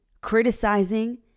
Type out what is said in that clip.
criticizing